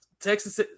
Texas